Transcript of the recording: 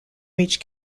reached